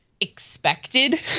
expected